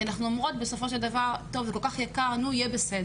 אה, אם זה כל כך יקר, אז בסוף יהיה בסדר.